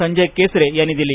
संजय केसरे यांनी दिली